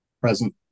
Present